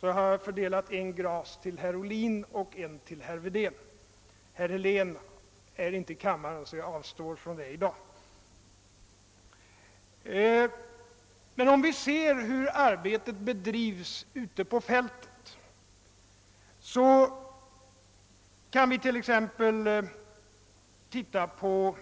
Så har jag fördelat gracerna lika mellan herr Ohlin och herr Wedén — herr Helén tillhör ju inte denna kammare, så jag avstår från att ta med honom vid detta fördelande av gracer. För att se hur arbetet bedrivs ute på fältet kan vi titta på